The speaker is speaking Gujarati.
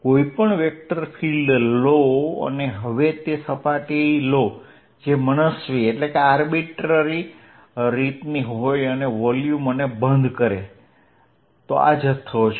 કોઈપણ વેક્ટર ફીલ્ડ લો અને હવે તે સપાટી લો જે મનસ્વી આકારની હોય અને વોલ્યુમોને બંધ કરે આ જથ્થો છે